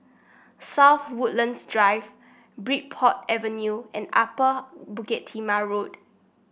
South Woodlands Drive Bridport Avenue and Upper Bukit Timah Road